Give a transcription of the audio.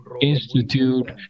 Institute